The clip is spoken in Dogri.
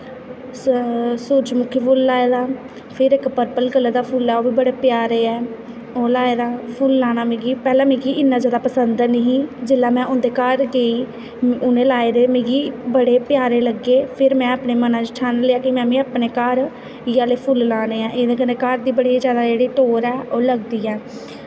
सूरजमुखी फुल्ल लाए दा फिर इक पर्पल कल्लर दा फुल्ल ऐ ओह् बी बड़ा प्यारे ऐ ओह् लाए दा पैह्लैं मिगी इन्ना जादा पसंद निं ही जिसलै में उं'दै घर गेई उ'नैं लाए दे मिगी बड़े प्यारे लग्गे फिर में बी अपने मनां च ठानी लेआ कि में बी अपने घर इ'यै जेह् फुल्ल लाने ऐं एह्दै कन्नै घर बड़ी जादा जेह्की टोह्र ऐ ओह् लगदी ऐ